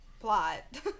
plot